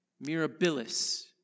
Mirabilis